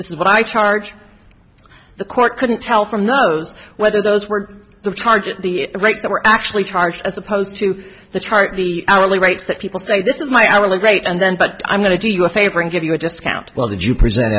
this is what i charge the court couldn't tell from those whether those were the charges the rates that were actually charged as opposed to the chart the hourly rates that people say this is my hourly rate and then but i'm going to do you a favor and give you a just count